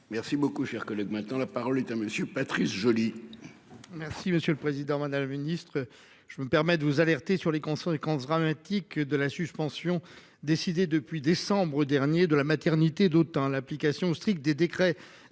Merci beaucoup, cher collègue. Maintenant, la parole est à monsieur Patrice Joly. Merci monsieur le président, madame la ministre, je me permets de vous alerter sur les conséquences dramatiques de la suspension décidée depuis décembre dernier de la maternité d'autant l'application stricte des décrets